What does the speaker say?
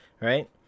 right